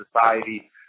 Society